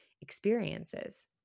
experiences